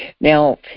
Now